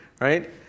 right